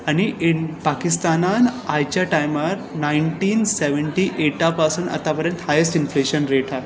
आनी पाकिस्तानान आयच्या टायमार नायन्टीन सेव्हन्टी एठापसून आतां पसून हायस्ट इन्फ्लेशन रेट हा